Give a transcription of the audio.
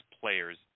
players